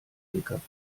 fliegen